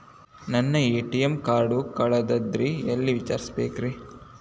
ನನ್ನ ATM card ಕಳದದ್ರಿ ಎಲ್ಲಿ ವಿಚಾರಿಸ್ಬೇಕ್ರಿ?